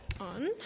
on